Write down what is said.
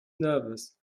nervous